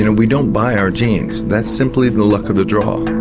you know we don't buy our genes. that's simply the luck of the draw.